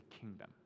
kingdom